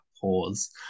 pause